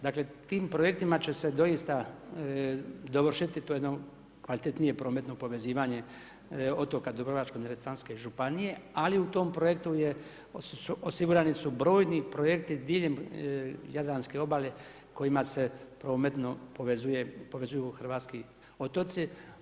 Dakle tim projektima će se doista dovršiti, to je jedno kvalitetnije prometno povezivanje otoka Dubrovačko-neretvanske županije ali u tom projektu je, osigurani su brojni projekti diljem jadranske obale kojima se prometno povezuju hrvatski otoci.